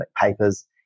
papers